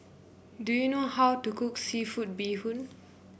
do you know how to cook seafood Bee Hoon